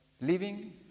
living